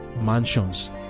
mansions